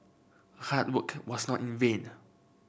hard work was not in vain